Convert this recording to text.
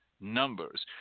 numbers